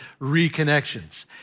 reconnections